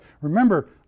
remember